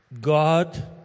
God